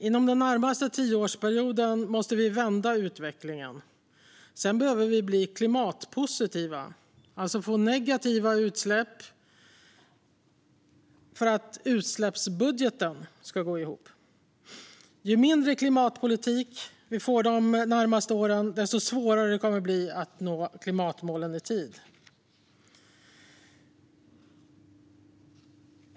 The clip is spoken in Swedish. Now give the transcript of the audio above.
Inom den närmaste tioårsperioden måste vi vända utvecklingen. Sedan behöver vi bli klimatpositiva, alltså få negativa utsläpp för att utsläppsbudgeten ska gå ihop. Ju mindre klimatpolitik vi får de närmaste åren, desto svårare kommer det att bli att nå klimatmålen i tid.